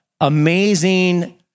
amazing